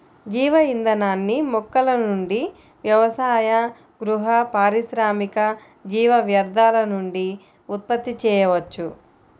జీవ ఇంధనాన్ని మొక్కల నుండి వ్యవసాయ, గృహ, పారిశ్రామిక జీవ వ్యర్థాల నుండి ఉత్పత్తి చేయవచ్చు